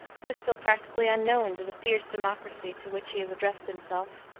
who is still practically unknown to the fierce democracy to which he has addressed himself.